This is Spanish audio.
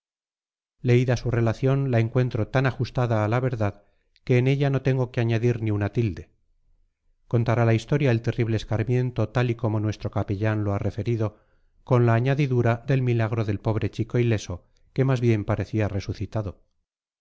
leída su relación la encuentro tan ajustada a la verdad que en ella no tengo que añadir ni una tilde contará la historia el terrible escarmiento tal y como nuestro capellán lo ha referido con la añadidura del milagro del pobre chico ileso que más bien parecía resucitado